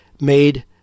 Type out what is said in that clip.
made